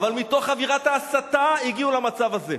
אבל מתוך אווירת ההסתה הגיעו למצב הזה.